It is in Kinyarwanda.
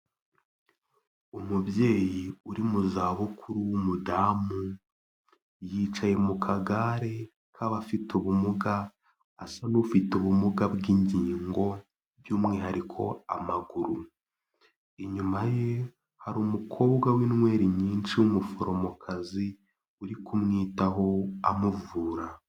Umubyeyi uri mu zabukuru w'umudamu, yicaye mu kagare k'abafite ubumuga, asa n'ufite ubumuga bw'ingingo, by'umwihariko amaguru. Inyuma ye, hari umukobwa w'inweri nyinshi w'umuforomokazi, uri kumwitaho, amuvura.